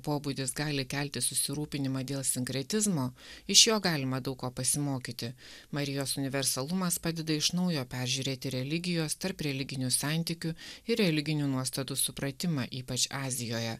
pobūdis gali kelti susirūpinimą dėl sinkretizmo iš jo galima daug ko pasimokyti marijos universalumas padeda iš naujo peržiūrėti religijos tarp religinių santykių ir religinių nuostatų supratimą ypač azijoje